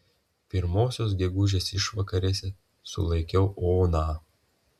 pirmosios gegužės išvakarėse sulaikiau oną